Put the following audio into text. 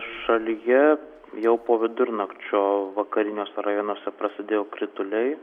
šalyje jau po vidurnakčio vakariniuose rajonuose prasidėjo krituliai